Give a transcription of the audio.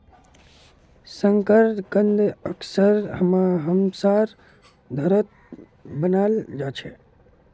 शकरकंद अक्सर हमसार घरत बनाल जा छे